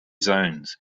zones